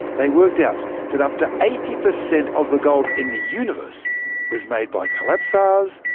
they worked out that up to eighty percent of the gold in the universe was made by collapsars,